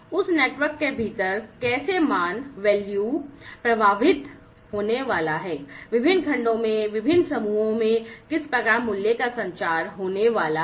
उस नेटवर्क के भीतर मान कैसे प्रवाहित होने वाला है विभिन्न खंडों में विभिन्न समूहों में किस प्रकार मूल्य का संचार होने वाला है